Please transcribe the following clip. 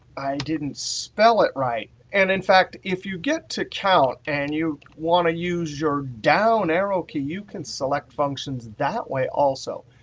i didn't spell it right. and, in fact, if you get to count and you want to use your down arrow key, you can select functions that way also.